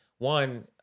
One